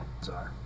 Sorry